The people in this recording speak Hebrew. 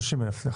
לא